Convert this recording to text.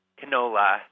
canola